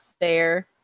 fair